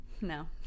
No